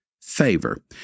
favor